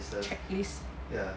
checklist